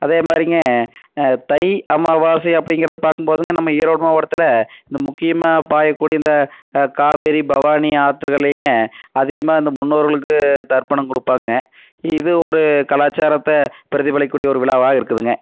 அதேமாரிங்க தை அமாவாசை அப்படிங்கிறது பார்க்கும்போதுங்க நம்ம ஈரோடு மாவட்டத்தில் இந்த முக்கியமாக பாயக்கூடிய இந்த காவேரி பவானி ஆற்றுக்கள்லிங்க அதிகமாக இந்த முன்னோர்களுக்கு தர்ப்பணம் கொடுப்பாங்க இது ஒரு கலாசாரத்தை பிரதிபலிக்கக்கூடிய ஒரு விழாவாக இருக்குதுங்க